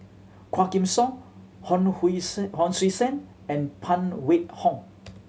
Quah Kim Song Hon Hui Sen Hon Sui Sen and Phan Wait Hong